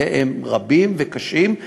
והם רבים וקשים,